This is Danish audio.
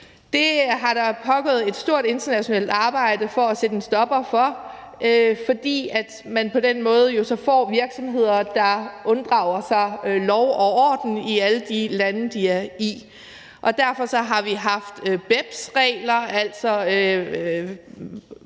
Det har der pågået et stort internationalt arbejde for at sætte en stopper for, fordi man jo så på den måde får de virksomheder, der unddrager sig lov og orden i alle de lande, de er i. Derfor har vi haft BEPS-regler, hvor